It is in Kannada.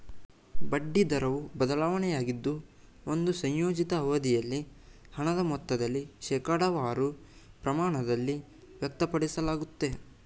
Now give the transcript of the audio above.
ಬಡ್ಡಿ ದರವು ಬದಲಾವಣೆಯಾಗಿದ್ದು ಒಂದು ಸಂಯೋಜಿತ ಅವಧಿಯಲ್ಲಿ ಹಣದ ಮೊತ್ತದಲ್ಲಿ ಶೇಕಡವಾರು ಪ್ರಮಾಣದಲ್ಲಿ ವ್ಯಕ್ತಪಡಿಸಲಾಗುತ್ತೆ